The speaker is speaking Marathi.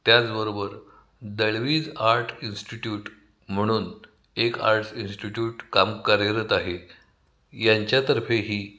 त्याचबरोबर दळवीज आर्ट इन्स्टिट्यूट म्हणून एक आर्ट्स इन्स्टिट्यूट काम कार्यरत आहे यांच्यातर्फे ही